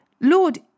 Lord